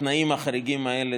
בתנאים החריגים האלה,